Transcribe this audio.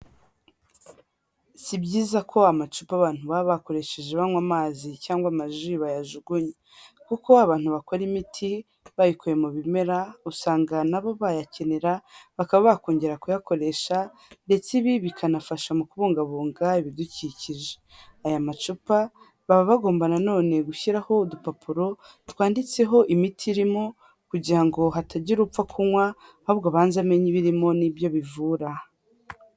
Si byiza ko amacupa abantu baba bakoresheje banywa amazi cyangwa amaji bayajugunya kuko abantu bakora imiti bayikuye mu bimera usanga nabo bayakenera bakaba bakongera kuyakoresha ndetse ibi bikanafasha mu kubungabunga ibidukikije, aya macupa baba bagomba nanone gushyiraho udupapuro twanditseho imiti irimo kugira ngo hatagira upfa kunywa ahubwo abanze amenye ibirimo n'ibyo bivura.